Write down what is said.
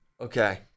okay